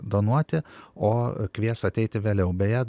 donuoti o kvies ateiti vėliau beje